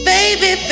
Baby